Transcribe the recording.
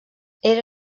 era